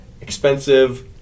expensive